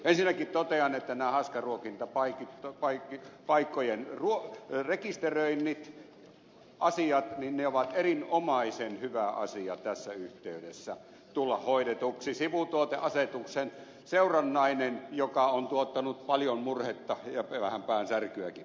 ensinnäkin totean että naisten ruokintapaikka vaikkei paikkojen ruoka haaskaruokintapaikkojen rekisteröintiasiat ovat erinomaisen hyvä asia tässä yhteydessä tulla hoidetuksi sivutuoteasetuksen seurannainen joka ovat tuottanut paljon murhetta ja vähän päänsärkyäkin